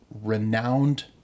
renowned